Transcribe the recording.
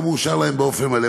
הם לא מאושרים להם באופן מלא.